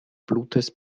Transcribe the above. blutes